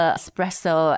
espresso